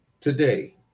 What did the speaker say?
today